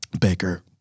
Baker